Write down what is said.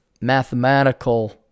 mathematical